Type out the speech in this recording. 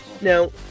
Now